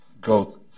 go